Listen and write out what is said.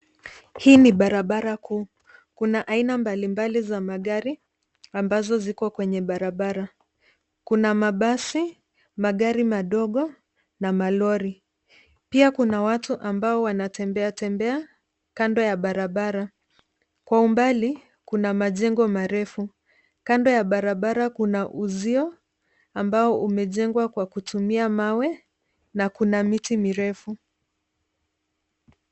Hii ni barabara kuu. Kuna aina mbali mbali za magari ambazo ziko kwenye barabara. Kuna mbasi, magari madogo na malori. Pia kuna watu ambao wanatembeatembea kando ya barabara. Kwa umbali kuna majengo marefu. Kando ya barabara kuna uzio ambao umejengwa kwa kutumia mawe na kuna miti mirefu.